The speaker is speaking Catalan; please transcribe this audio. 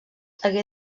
hagué